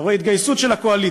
אתה רואה התגייסות של הקואליציה.